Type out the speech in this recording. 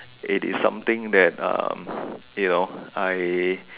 it is something that um you know I